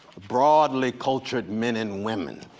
broadly cultured men and women.